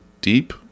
Deep